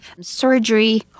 surgery